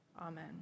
Amen